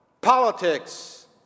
politics